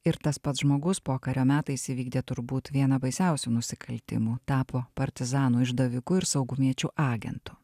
ir tas pats žmogus pokario metais įvykdė turbūt vieną baisiausių nusikaltimų tapo partizanų išdaviku ir saugumiečių agentu